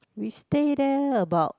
we stay there about